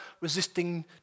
resisting